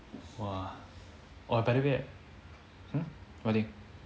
!wah! by the way right hmm what thing